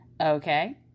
okay